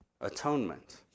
Atonement